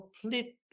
complete